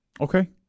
Okay